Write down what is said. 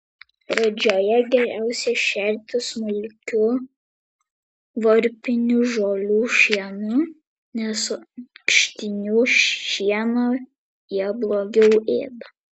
pradžioje geriausia šerti smulkiu varpinių žolių šienu nes ankštinių šieną jie blogiau ėda